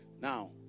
Now